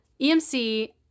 EMC